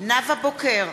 נאוה בוקר,